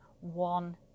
one